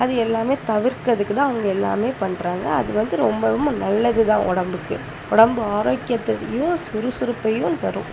அது எல்லாமே தவிர்க்கிறதுக்கும் தான் அவங்க எல்லாமே பண்ணுறாங்க அது வந்து ரொம்ப ரொம்ப நல்லது தான் உடம்புக்கும் உடம்பு ஆரோக்கியத்தையும் சுறுசுறுப்பையும் தரும்